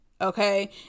Okay